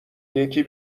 یکی